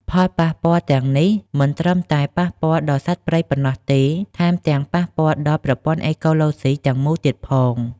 ផលប៉ះពាល់ទាំងនេះមិនត្រឹមតែប៉ះពាល់ដល់សត្វព្រៃប៉ុណ្ណោះទេ ថែមទាំងប៉ះពាល់ដល់ ប្រព័ន្ធអេកូឡូស៊ីទាំងមូល ទៀតផង។